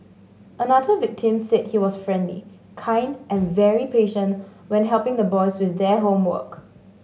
another victim said he was friendly kind and very patient when helping the boys with their homework